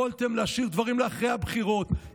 יכולתם להשאיר דברים לאחרי הבחירות.